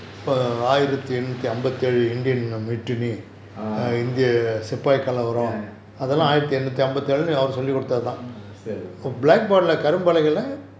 ah ya still